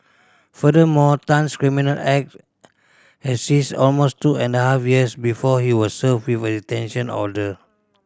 furthermore Tan's criminal act has ceased almost two and half years before he was served with a detention order